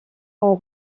ont